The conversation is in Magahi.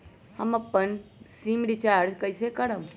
हम अपन सिम रिचार्ज कइसे करम?